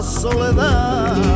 soledad